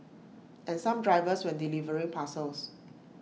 and some drivers when delivering parcels